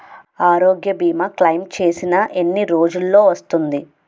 ఆరోగ్య భీమా క్లైమ్ చేసిన ఎన్ని రోజ్జులో వస్తుంది?